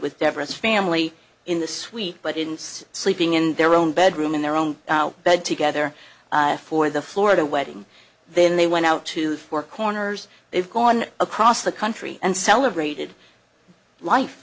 deborah's family in the suite but ins sleeping in their own bedroom in their own bed together for the florida wedding then they went out to four corners they've gone across the country and celebrated life